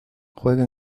juega